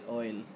oil